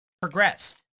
Progressed